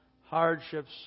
hardships